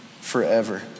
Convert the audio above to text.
forever